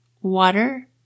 water